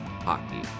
Hockey